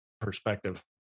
perspective